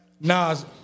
Nas